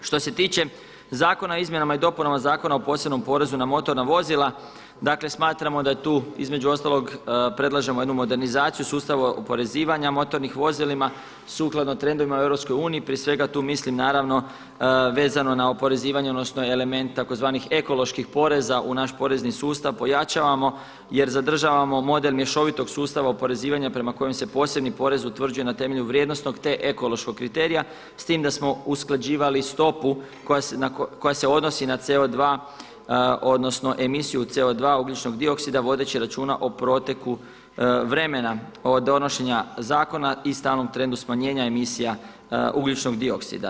Što se tiče Zakona o izmjenama i dopunama Zakona o posebnom porezu na motorna vozila, dakle, smatramo da je tu između ostalog, predlažemo jednu modernizaciju sustava oporezivanja motornih vozilima, sukladno trendovima u EU, prije svega tu mislim naravno vezano na oporezivanje odnosno element tzv. ekoloških poreza u naš porezni sustav pojačavamo jer zadržavamo model mješovitog sustava oporezivanja prema kojem se posebni porez utvrđuje na temelju vrijednosnog te ekološkog kriterija, s tim da smo usklađivali stopu koja se odnosi na CO2, odnosno emisiju CO2, ugljičnog dioksida vodeći računa o proteku vremena od donošenja zakona i stalnom trendu smanjenja emisija ugljičnog dioksida.